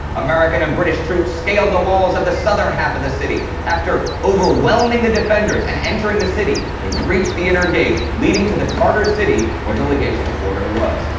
american and british troops scaled the walls of the southern half of and the city. after overwhelming the defenders and entering the city, they breached the inner gate leading to the tartar city, where the legation quarter was.